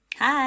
Hi